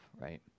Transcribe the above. right